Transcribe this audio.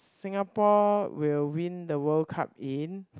Singapore will win the World Cup in